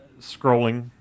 scrolling